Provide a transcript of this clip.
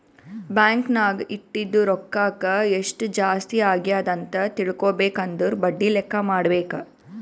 bank ನಾಗ್ ಇಟ್ಟಿದು ರೊಕ್ಕಾಕ ಎಸ್ಟ್ ಜಾಸ್ತಿ ಅಗ್ಯಾದ್ ಅಂತ್ ತಿಳ್ಕೊಬೇಕು ಅಂದುರ್ ಬಡ್ಡಿ ಲೆಕ್ಕಾ ಮಾಡ್ಬೇಕ